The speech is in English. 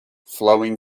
flowing